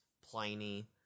Pliny